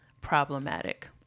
problematic